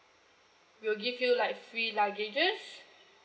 we'll give you like free luggages